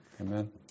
Amen